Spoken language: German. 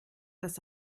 das